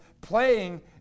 playing